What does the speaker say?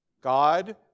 God